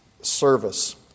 service